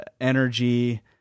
energy